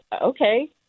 okay